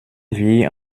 wir